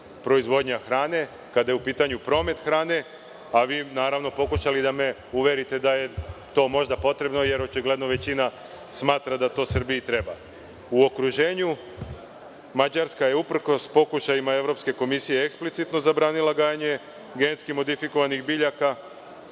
proizvodnja hrane, kada je u pitanju promet hrane, a vi pokušali da me uverite da je to možda potrebno, jer očigledno većina smatra da to Srbiji treba.U okruženju Mađarska je uprkos pokušajima Evropske komisije eksplicitno zabranila gajenje GMO, u Rusiji ne postoji